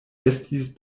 estis